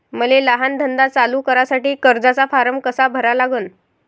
मले लहान धंदा चालू करासाठी कर्जाचा फारम कसा भरा लागन?